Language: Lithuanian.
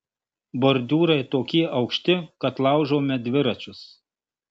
bordiūrai tokie aukšti kad laužome dviračius